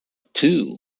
too